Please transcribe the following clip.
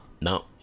No